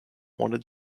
wanted